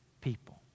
people